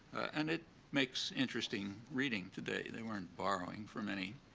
and it makes interesting reading today. they weren't borrowing from any